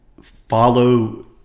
follow